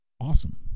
awesome